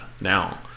now